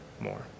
more